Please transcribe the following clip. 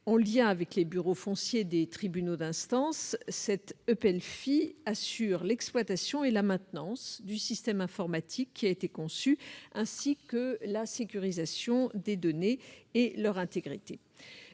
En lien avec les bureaux fonciers des tribunaux d'instance, l'EPELFI assure l'exploitation et la maintenance du système informatique qui a été conçu, ainsi que la sécurisation des données et de leur intégrité.